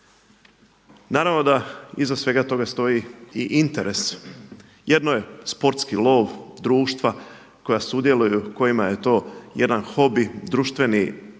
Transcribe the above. Naravno da iza svega toga stoji i interes, jedno je sportski lov, društva, koja sudjeluju, kojima je to jedan hobi društveni,